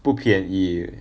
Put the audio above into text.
不便宜